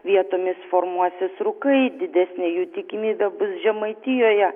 vietomis formuosis rūkai didesnė jų tikimybė bus žemaitijoje